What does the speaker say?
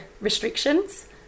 restrictions